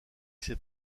ses